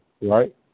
right